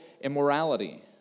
Immorality